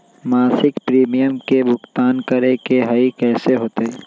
मासिक प्रीमियम के भुगतान करे के हई कैसे होतई?